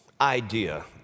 idea